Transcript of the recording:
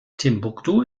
timbuktu